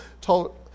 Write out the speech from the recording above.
told